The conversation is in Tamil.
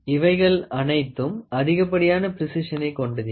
இவைகள் அனைத்தும் அதிகப்படியான ப்ரேசிசனை கொண்டது இல்லை